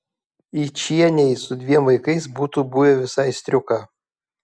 yčienei su dviem vaikais būtų buvę visai striuka